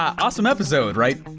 awesome episode, right?